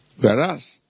Whereas